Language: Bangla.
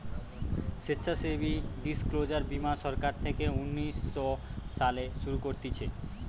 স্বেচ্ছাসেবী ডিসক্লোজার বীমা সরকার থেকে উনিশ শো সালে শুরু করতিছে